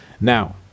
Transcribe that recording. now